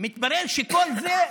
מתברר שכל זה,